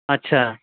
अच्छा